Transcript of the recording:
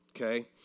okay